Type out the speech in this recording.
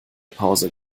pause